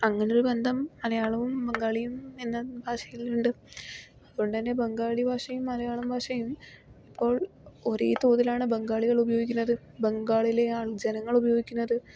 അങ്ങനൊരു ബന്ധം മലയാളവും ബംഗാളിയും എന്ന ഭാഷയിൽ ഉണ്ട് അതുകൊണ്ടുതന്നെ ബംഗാളി ഭാഷയും മലയാളം ഭാഷയും ഇപ്പോൾ ഒരേ തോതിലാണ് ബംഗാളികൾ ഉപയോഗിക്കുന്നത് ബംഗാളിലെ ആൾ ജനങ്ങൾ ഉപയോഗിക്കുന്നത്